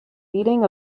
feeding